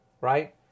right